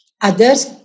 others